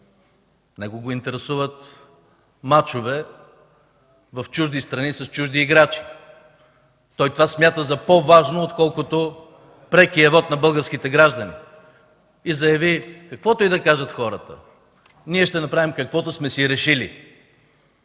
Него го интересуват мачове в чужди страни с чужди играчи! Това смята за по-важно, отколкото прекия вот на българските граждани, и заяви: „Каквото и да кажат хората, ние ще направим каквото сме си решили”!